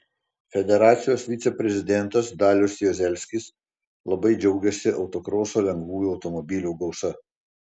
federacijos viceprezidentas dalius juozelskis labai džiaugėsi autokroso lengvųjų automobilių gausa